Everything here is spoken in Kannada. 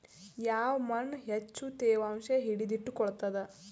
ಯಾವ್ ಮಣ್ ಹೆಚ್ಚು ತೇವಾಂಶ ಹಿಡಿದಿಟ್ಟುಕೊಳ್ಳುತ್ತದ?